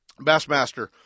Bassmaster